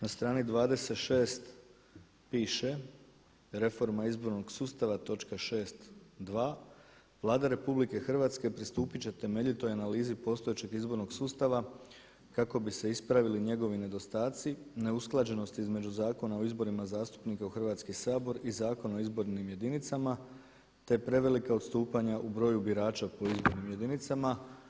Na strani 26 piše reforma izbornog sustava točka 6.2, Vlada Republike Hrvatske pristupiti će temeljitoj analizi postojećeg izbornog sustava kako bi se ispravili njegovi nedostaci, neusklađenost između Zakona o izborima zastupnika u Hrvatski sabor i Zakona o izbornim jedinicama te prevelika odstupanja u broju birača po izbornim jedinicama.